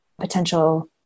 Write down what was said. potential